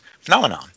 phenomenon